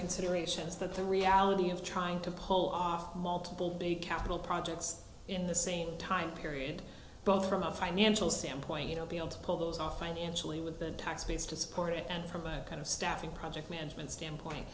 considerations that the reality of trying to pull off multiple big capital projects in the same time period both from a financial standpoint you know be able to pull those off financially with the tax base to support it and provide a kind of staffing project management standpoint